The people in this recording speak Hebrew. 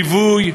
מליווי,